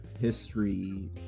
history